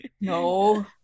No